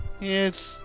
Yes